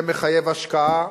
זה מחייב השקעה,